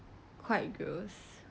quite gross